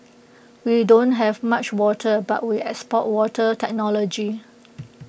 we don't have much water but we export water technology